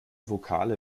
vokale